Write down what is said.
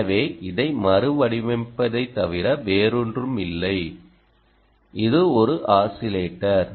எனவே இதை மறுவடிவமைப்பதைத் தவிர வேறொன்றுமில்லை இது ஒரு ஆஸிலேட்டர்